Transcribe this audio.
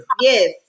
Yes